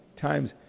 times